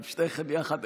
עם שתיכן יחד,